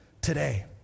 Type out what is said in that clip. today